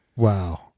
Wow